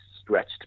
stretched